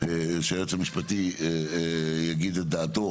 שהיועץ המשפטי יגיד את דעתו,